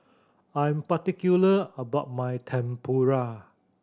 I'm particular about my Tempura